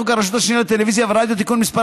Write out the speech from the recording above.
הרשות השנייה לטלוויזיה ולרדיו (תיקון מס'